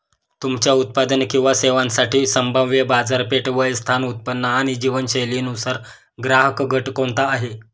तुमच्या उत्पादन किंवा सेवांसाठी संभाव्य बाजारपेठ, वय, स्थान, उत्पन्न आणि जीवनशैलीनुसार ग्राहकगट कोणता आहे?